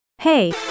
Hey